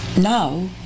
Now